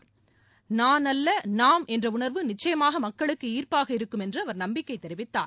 நான் அல்ல நாம் என்ற உணா்வு நிச்சயமாக மக்களுக்கு ஈா்ப்பாக இருக்கும் என்று அவா் நம்பிக்கை தெரிவித்தார்